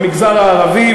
במגזר הערבי,